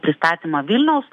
pristatymą vilniaus